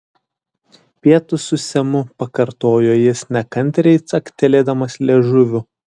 pietūs su semu pakartojo jis nekantriai caktelėdamas liežuviu